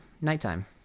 nighttime